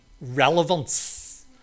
relevance